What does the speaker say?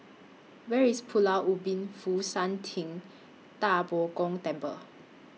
Where IS Pulau Ubin Fo Shan Ting DA Bo Gong Temple